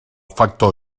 factor